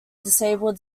disabled